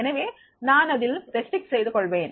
எனவே நான் அதில் கட்டுப்படுத்தி கொள்வேன்